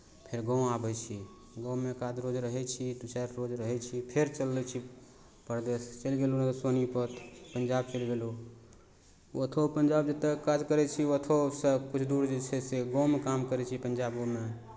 फेर गाँव आबै छी गाँवमे एक आध रोज रहै छी दू चारि रोज रहै छी फेर चलि दै छी परदेश चलि गेलहुँ सोनीपत पंजाब चलि गेलहुँ ओतहो पंजाब जतय काज करै छी ओतहोसँ किछु दूर जे छै से गाँवमे काम करै छी पंजाबोमे